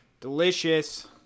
delicious